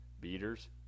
beaters